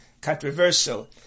controversial